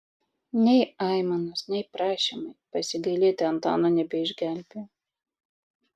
nei aimanos nei prašymai pasigailėti antano nebeišgelbėjo